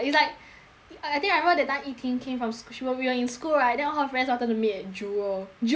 I think I remember that time yi ting came from sh~ k~ we were in school right then all her friends wanted to meet at jewel jewel eh